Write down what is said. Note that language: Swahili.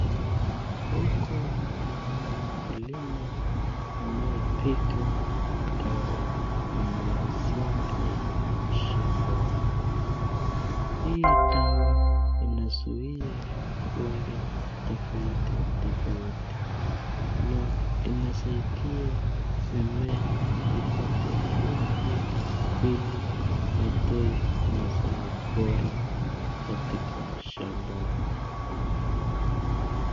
Huku naona mkulima anayepiga dawa mimea zake shamba. Hii dawa inazuia ugonjwa tofauti tofauti. Na inasaidia mimea ipate nguvu ili watoe mazao bora katika shamba.